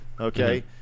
Okay